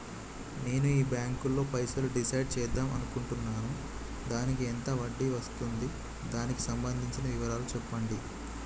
నేను ఈ బ్యాంకులో పైసలు డిసైడ్ చేద్దాం అనుకుంటున్నాను దానికి ఎంత వడ్డీ వస్తుంది దానికి సంబంధించిన వివరాలు చెప్పండి?